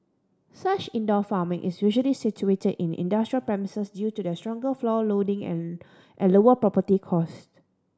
such indoor farming is usually situated in industrial premises due to their stronger floor loading and and lower property cost